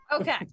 Okay